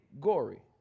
gory